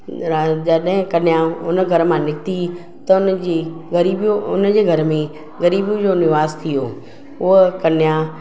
रज जॾहिं कन्या उन घर मां निकिती त उनजे घर में ग़रीबी जो निवास थी वयो हूअ कन्या